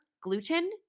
gluten